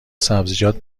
سبزیجات